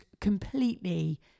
completely